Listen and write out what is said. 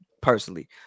Personally